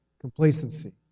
complacency